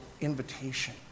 invitation